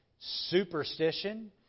superstition